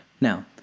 Now